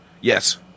Yes